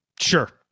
Sure